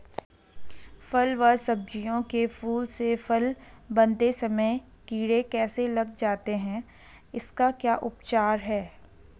फ़ल व सब्जियों के फूल से फल बनते समय कीड़े कैसे लग जाते हैं इसका क्या उपचार है?